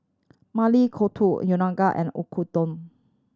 Maili Kofta Unagi and Oyakodon